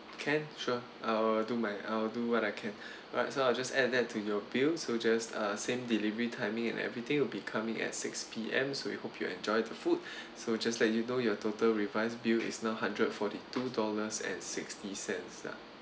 can sure I'll do my I'll do what I can right so I'll just add that to your bill so just uh same delivery timing and everything will be coming at six P_M so we hope you enjoy the food so just let you know your total revise bill is now hundred forty-two dollars and sixty cents ah